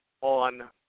on